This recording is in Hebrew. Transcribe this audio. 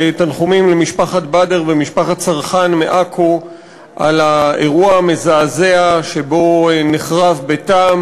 בתנחומים למשפחת בדר ומשפחת סרחאן מעכו על האירוע המזעזע שבו נחרב ביתם.